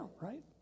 right